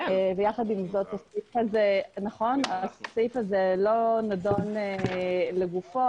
יחד עם זאת, הסעיף הזה לא נדון לגופו.